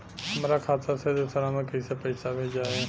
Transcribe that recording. हमरा खाता से दूसरा में कैसे पैसा भेजाई?